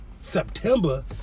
September